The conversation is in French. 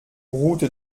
route